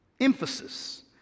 Emphasis